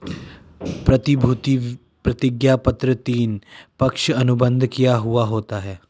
प्रतिभूति प्रतिज्ञापत्र तीन, पक्ष अनुबंध किया हुवा होता है